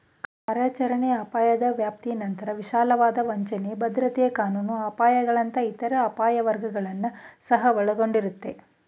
ಕಾರ್ಯಾಚರಣೆ ಅಪಾಯದ ವ್ಯಾಪ್ತಿನಂತ್ರ ವಿಶಾಲವಾದ ವಂಚನೆ, ಭದ್ರತೆ ಕಾನೂನು ಅಪಾಯಗಳಂತಹ ಇತರ ಅಪಾಯ ವರ್ಗಗಳನ್ನ ಸಹ ಒಳಗೊಂಡಿರುತ್ತೆ